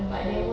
mm